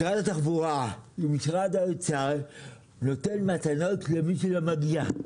משרד התחבורה ומשרד האוצר נותנים מתנות למי שלא מגיע.